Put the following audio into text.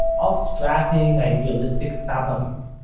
all strapping, idealistic tzabarim,